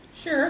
Sure